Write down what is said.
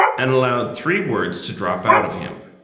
and allowed three words to drop out of him.